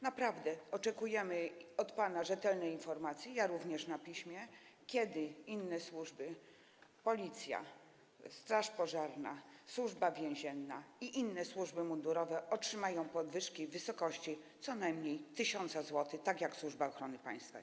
Naprawdę oczekujemy od pana rzetelnej informacji - ja również na piśmie - o tym, kiedy inne służby: Policja, straż pożarna, Służba Więzienna i inne służby mundurowe, otrzymają podwyżki w wysokości co najmniej 1000 zł, tak jak Służba Ochrony Państwa.